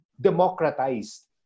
democratized